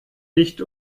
nicht